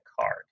card